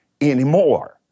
anymore